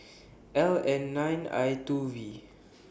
L N nine I two V